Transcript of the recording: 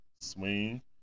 Swing